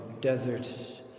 desert